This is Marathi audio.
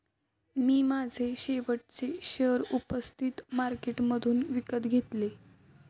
मी माझे शेवटचे शेअर उपस्थित मार्केटमधून विकत घेतले